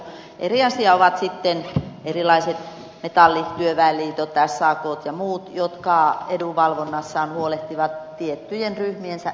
eri asia ovat sitten erilaiset metallityöväen liitot sakt ja muut jotka edunvalvonnassaan huolehtivat tiettyjen ryhmiensä eduista